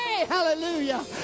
hallelujah